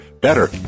better